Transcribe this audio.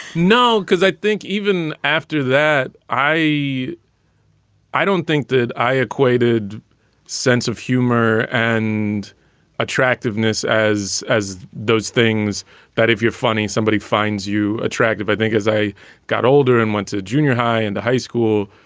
no, because i think even after that, i i don't think that i equated sense of humor and attractiveness as as those things that if you're funny, somebody finds you attractive. i think as i got older and went to junior high and high school,